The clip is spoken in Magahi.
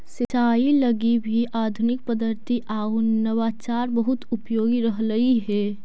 सिंचाई लगी भी आधुनिक पद्धति आउ नवाचार बहुत उपयोगी रहलई हे